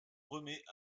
remet